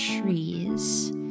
trees